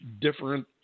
different